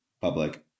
Public